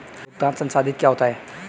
भुगतान संसाधित क्या होता है?